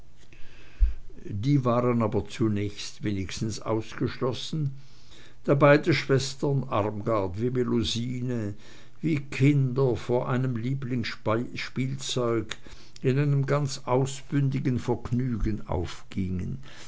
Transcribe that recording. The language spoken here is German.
die waren aber zunächst wenigstens ausgeschlossen da beide schwestern armgard wie melusine wie kinder vor einem lieblingsspielzeug in einem ganz ausbündigen vergnügen aufgingen